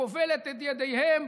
כובלת את ידיהם,